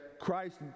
Christ